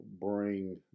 bring